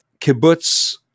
kibbutz